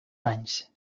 banys